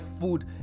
food